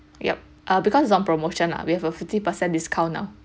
yup ah because it's on promotion lah we have a fifty percent discount lah